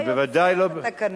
אתה יוצר את התקנון.